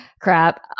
crap